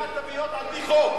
אתם עושים סתימת פיות על-פי חוק.